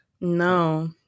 No